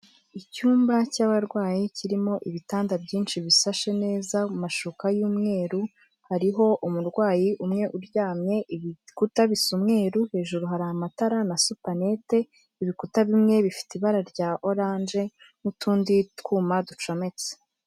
Icyumba cy'abarwayi kirimo ibitanda byinshi bisashe neza mu mashuka y'umweru, hariho umurwayi umwe uryamye, ibikuta bisa umweru, hejuru hari amatara na supanete, ibikuta bimwe bifite ibara rya oranje n'utundi twuma ducometse.